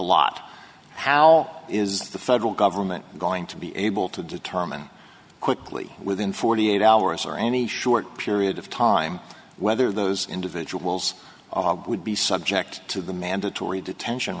lot how is the federal government going to be able to determine quickly within forty eight hours or any short period of time whether those individuals would be subject to the mandatory detention